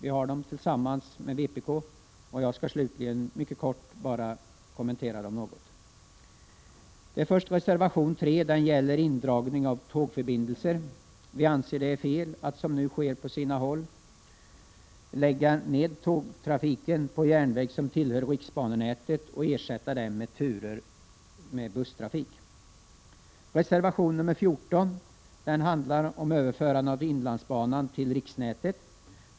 I samtliga har vi stöd från vpk. Jag skall mycket kort kommentera reservationerna. Reservation nr 3 gäller indragning av tågförbindelser. Vi anser att det är fel att man, som nu sker på sina håll, lägger ned tågtrafiken på järnväg som tillhör riksbanenätet och ersätter den med turer med busstrafik. Reservation nr 14 handlar om överförande av inlandsbanan till riksbanenätet.